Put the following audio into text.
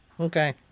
Okay